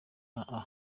aha